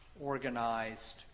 organized